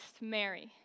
Mary